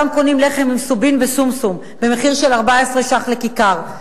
שם קונים לחם עם סובין ושומשום במחיר 14 שקל לכיכר.